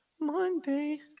Monday